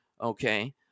okay